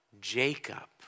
Jacob